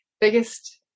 biggest